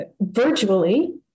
virtually